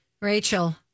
Rachel